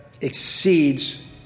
exceeds